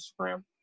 Instagram